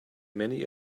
many